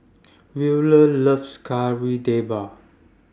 Wheeler loves Kari Debal